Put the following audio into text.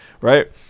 right